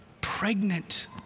Pregnant